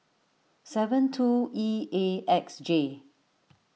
seven two E A X J